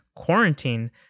quarantine